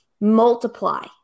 multiply